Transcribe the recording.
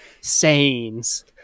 sayings